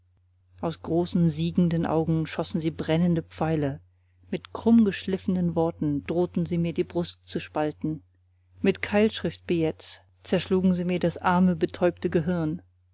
aus großen siegenden augen schossen sie brennende pfeile mit krummgeschliffenen worten drohten sie mir die brust zu spalten mit keilschriftbilletts zerschlugen sie mir das arme betäubte gehirn